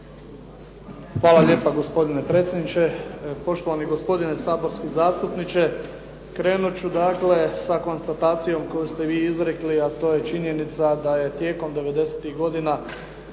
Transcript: Hvala lijepa gospodine predsjedniče. Poštovani gospodine saborski zastupniče, krenut ću dakle sa konstatacijom koju ste vi izrekli a to je činjenica da je tijekom